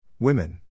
Women